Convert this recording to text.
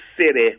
city